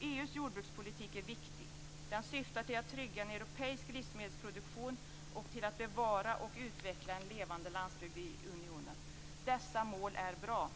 EU:s jordbrukspolitik är viktig. Den syftar till att trygga en europeisk livsmedelsproduktion och till att bevara och utveckla en levande landsbygd i unionen. Dessa mål är bra.